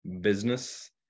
business